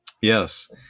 yes